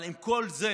אבל עם כל זה